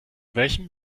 welchem